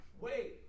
Wait